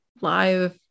live